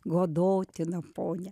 godotina ponia